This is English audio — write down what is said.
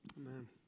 Amen